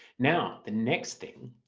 now the next thing,